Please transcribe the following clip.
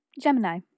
gemini